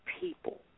people